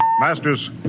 Masters